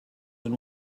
than